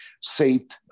saved